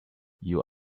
you